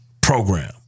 program